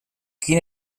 quin